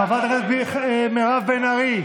חברת הכנסת מירב בן ארי,